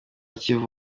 kivu